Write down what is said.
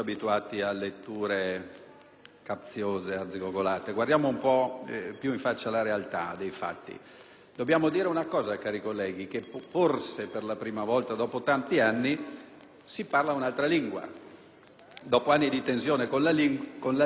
Dobbiamo dire una cosa, cari colleghi: forse, per la prima volta dopo tanti anni, si parla un'altra lingua. Dopo anni di tensione con la Libia, possiamo leggere il titolo del Trattato dove si parla di amicizia e di cooperazione.